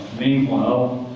meanwhile,